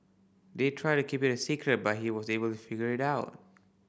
they tried to keep it a secret but he was able to figure out